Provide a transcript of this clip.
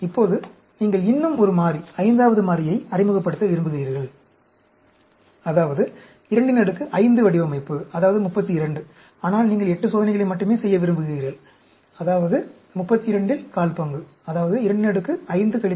இப்போது நீங்கள் இன்னும் ஒரு மாறி ஐந்தாவது மாறியை அறிமுகப்படுத்த விரும்புகிறீர்கள் அதாவது 25 வடிவமைப்பு அதாவது 32 ஆனால் நீங்கள் 8 சோதனைகளை மட்டுமே செய்ய விரும்புகிறீர்கள் அதாவது 32 இல் 14 அதாவது 25 2